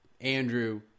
Andrew